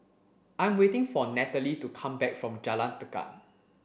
I'm waiting for Nataly to come back from Jalan Tekad